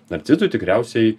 narcizui tikriausiai